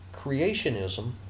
creationism